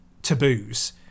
taboos